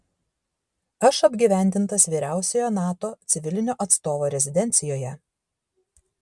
aš apgyvendintas vyriausiojo nato civilinio atstovo rezidencijoje